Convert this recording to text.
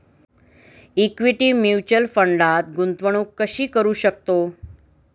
Equity mutual फंडात गुंतवणूक कशी करू शकतो?